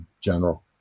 general